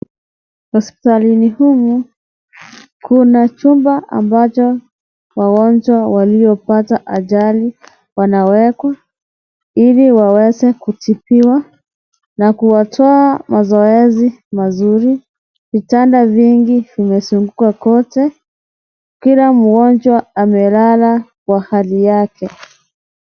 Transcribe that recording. Hospitalini humu Kuna chumba ambacho wagonjwa waliopata ajali wanawekwa Ili waweze kutibiwa na kuwatoa mazoezi mazuri. Vitanda vingi vimezunguka kote. Kila mgonjwa amelala kwa Hali yake.